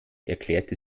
erklärte